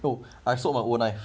I sold my own knife